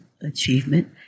achievement